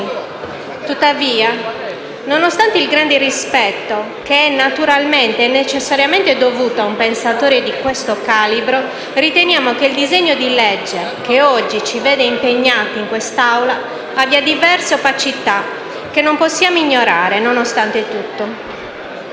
Tuttavia, nonostante il grande rispetto che è naturalmente e necessariamente dovuto a un pensatore di questo calibro, riteniamo che il disegno di legge che oggi ci vede impegnati in quest'Aula abbia diverse opacità, che non possiamo ignorare nonostante tutto.